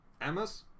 emma's